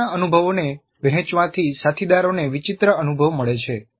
અગાઉના અનુભવોને વહેંચવાથી સાથીદારોને વિચિત્ર અનુભવ મળે છે